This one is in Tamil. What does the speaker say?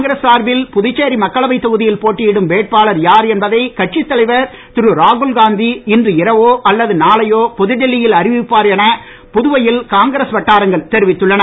காங்கிரஸ் சார்பில் புதுச்சேரி மக்களவை தொகுதியில் போட்டியிடும் வேட்பாளர் யார் என்பதை கட்சித் தலைவர் திரு ராகுல்காந்தி இன்று இரவோ அல்லது நாளையோ புதுடெல்லியில் அறிவிப்பார் என புதுவையில் காங்கிரஸ் வட்டாரங்கள் தெரிவித்துள்ளன